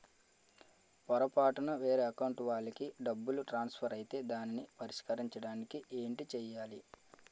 పొరపాటున వేరే అకౌంట్ వాలికి డబ్బు ట్రాన్సఫర్ ఐతే దానిని పరిష్కరించడానికి ఏంటి చేయాలి?